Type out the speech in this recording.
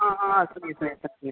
हाँ हाँ सुनिए सुनिए सुनिए